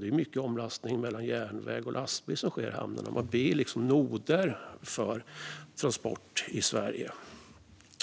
Det sker mycket omlastning mellan järnväg och lastbil i hamnen. Det är noder för transport i Sverige.